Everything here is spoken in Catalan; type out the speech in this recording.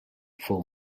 fou